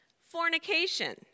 Fornication